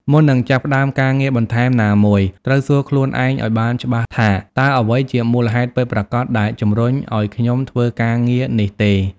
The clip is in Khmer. មុននឹងចាប់ផ្តើមការងារបន្ថែមណាមួយ ត្រូវសួរខ្លួនឯងឱ្យបានច្បាស់ថា តើអ្វីជាមូលហេតុពិតប្រាកដដែលជំរុញឱ្យខ្ញុំធ្វើការងារនេះទេ។